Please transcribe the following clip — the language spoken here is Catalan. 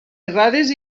errades